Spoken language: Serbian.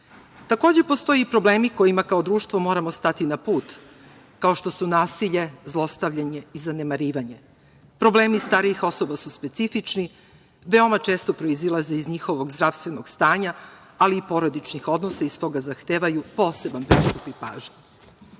postoje i problemi kojima kao društvo moramo stati na put, kao što su nasilje, zlostavljanje i zanemarivanje. Problemi starijih osoba su specifični, veoma često proizilaze iz njihovog zdravstvenog stanja, ali i porodičnih odnosa i stoga zahtevaju poseban pristup i